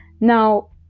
Now